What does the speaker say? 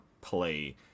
play